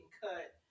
cut